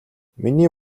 миний